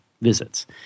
visits